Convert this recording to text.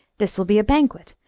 this will be a banquet,